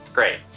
Great